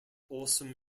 awesome